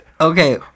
Okay